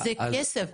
זה כסף.